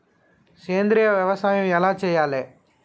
సేంద్రీయ వ్యవసాయం ఎలా చెయ్యాలే?